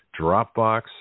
Dropbox